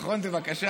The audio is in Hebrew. נכון זו בקשה?